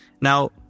Now